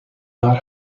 not